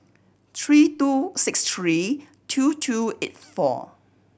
three two six three two two eight four